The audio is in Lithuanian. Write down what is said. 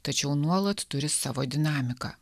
tačiau nuolat turi savo dinamiką